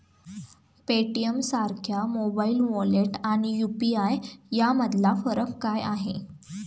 पेटीएमसारख्या mobile wallet आणि UPI यामधला फरक काय आहे?